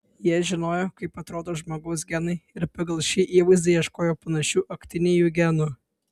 jie žinojo kaip atrodo žmogaus genai ir pagal šį įvaizdį ieškojo panašių aktinijų genų